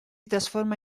trasforma